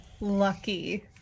lucky